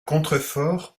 contrefort